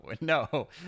no